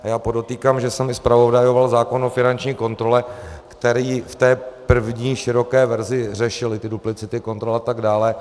A podotýkám, že jsem i zpravodajoval zákon o finanční kontrole, který v té první široké verzi řešil i ty duplicity kontrol atd.